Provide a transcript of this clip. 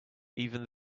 even